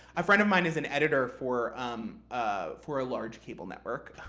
a friend of mine is an editor for um ah for a large cable network,